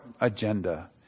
agenda